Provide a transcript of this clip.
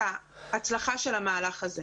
לגבי ההפרטה,